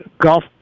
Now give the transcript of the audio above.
golf